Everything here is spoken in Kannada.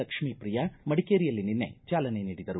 ಲಕ್ಷ್ಮೀಪ್ರಿಯಾ ಮಡಿಕೇರಿಯಲ್ಲಿ ನಿನ್ನೆ ಚಾಲನೆ ನೀಡಿದರು